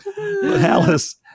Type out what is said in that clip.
alice